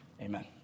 Amen